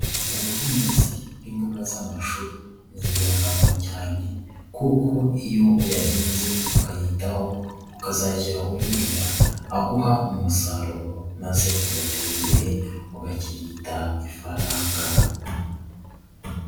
Ubuhinzi bw'imboga z'amashu ni ingirakamaro cyane, kuko iyo uyahinze ukayitaho ukazagera uyuhira, aguha umusaruro maze ugatera imbere ugakirigita ifaranga.